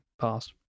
past